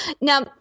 Now